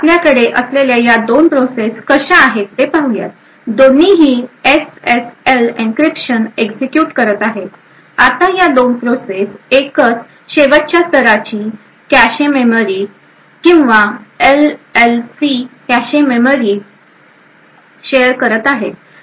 तर आपल्याकडे असलेल्या या दोन प्रोसेस कशा आहेत ते पाहूया दोन्ही ही एसएसएल एन्क्रिप्शन एक्झिक्युट करत आहे आता या 2 प्रोसेस एकचं शेवटच्या स्तराची कॅशे मेमरी किंवा एलएलसी कॅशे मेमरी शेअर करत आहे